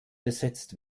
besetzt